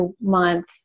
month